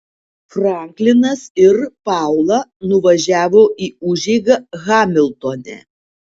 franklinas ir paula nuvažiavo į užeigą hamiltone